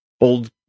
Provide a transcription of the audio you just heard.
old